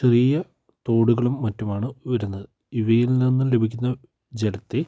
ചെറിയ തോടുകളും മറ്റുമാണ് വരുന്നത് ഇവയിൽ നിന്നും ലഭിക്കുന്ന ജലത്തിൽ